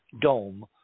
dome